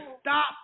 stop